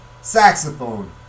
saxophone